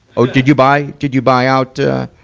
oh, did you buy, did you buy out, ah,